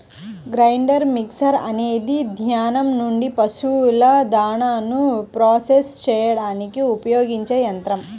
grinder mixer అనేది ధాన్యం నుండి పశువుల దాణాను ప్రాసెస్ చేయడానికి ఉపయోగించే యంత్రం